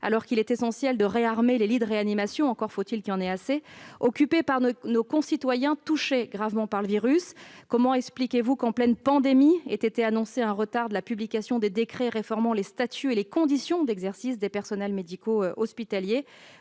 alors qu'il est essentiel de « réarmer » les lits de réanimation- encore faut-il qu'il y en ait assez ! -occupés par nos concitoyens touchés gravement par le virus ? Comment expliquez-vous qu'en pleine pandémie ait été annoncé un retard dans la publication des décrets réformant les statuts et les conditions d'exercice des praticiens hospitaliers ?